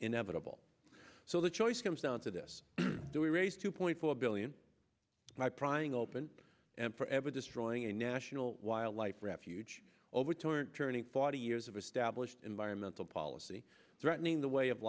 inevitable so the choice comes down to this do we raise two point four billion by prying open and forever destroying a national wildlife refuge overturn turning forty years of established environmental policy threatening the way of